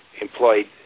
employed